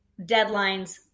deadlines